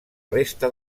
resta